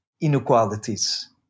inequalities